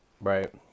Right